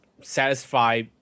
satisfy